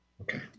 Okay